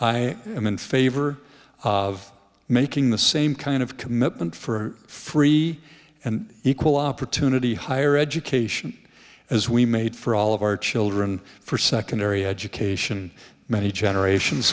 i am in favor of making the same kind of commitment for free and equal opportunity higher education as we made for all of our children for secondary education many generations